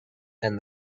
and